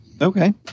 Okay